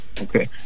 Okay